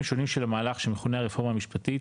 שונים של המהלך שמכונה הרפורמה המשפטית,